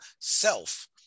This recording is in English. self